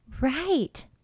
Right